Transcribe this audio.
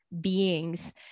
beings